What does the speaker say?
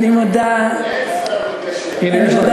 אני מודה, אין שר